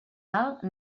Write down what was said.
alt